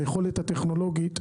היכולת הטכנולוגית,